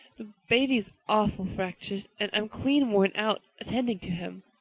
the baby's awful fractious, and i'm clean worn out attending to him.